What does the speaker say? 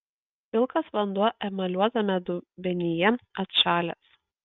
pilkas vanduo emaliuotame dubenyje atšalęs